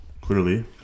clearly